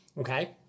Okay